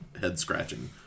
head-scratching